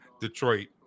Detroit